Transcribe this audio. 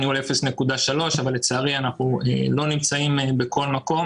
ניהול 0.3 אבל לצערי אנחנו לא נמצאים בכל מקום